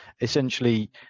essentially